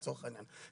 לצורך העניין.